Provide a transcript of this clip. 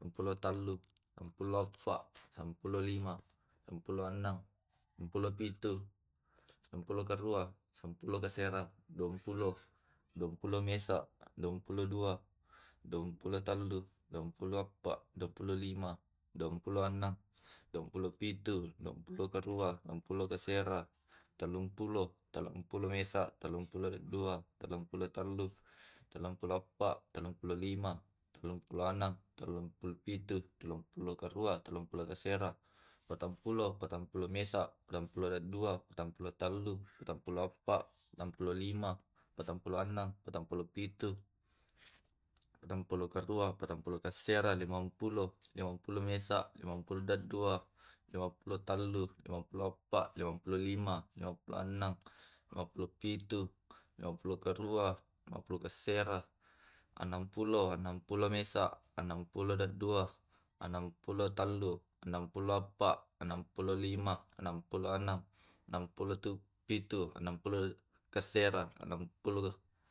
sampulo tallu, sampulo empa, sampulo lima, sampulo enneng, sampulo pitu, sampulo karua, sampulo kasera, duampulo, duampulo mesa, duampulo dua, duampulo tallu, duampulo empa, duampulo lima, duampulo enneng, duampulo pitu, duampulo karua, duapulo kasera, tallumpulo, tallumpulo mesa, tallumpulo dadua, tallumpulo tallu, tallumpula emppa, tallumpulo lima, tallumpulo enneng, tallumpulo pitu, tallumpulo karua, tallumpulo kasera, patampulo, patampulo mesa, patampulo dadua, patampulo telu, patampulo eppa, patampuo lima, patampulo enneng, patampulo pitu, patampulo karua, patampulo kasera, limampulo, limampulo mesa, limampulo dadua, limampulo tellu, limampulo eppa, limampulo lima, limampulo enneng, limampulo pitu, limampulo karua. limampulo kasera, ennengpulo, enngengpilo mesa, enngengpulo dadua, ennengoulo tellu, ennengpulo empa, ennengpuo lima, ennengpulo enneng, ennengpulo pitu, ennengpulo kasera, ennangpulo.